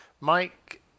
Mike